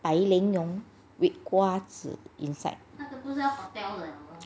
白莲蓉 with 瓜子 inside